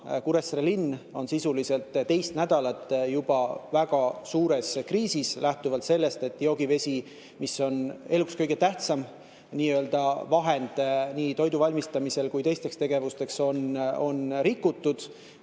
Kuressaare linn on sisuliselt teist nädalat juba väga suures kriisis, sest joogivesi, mis on eluks kõige tähtsam vahend, nii toidu valmistamisel kui ka teistes tegevustes, on rikutud